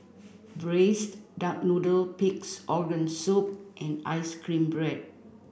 braised duck noodle pig's organ soup and ice cream bread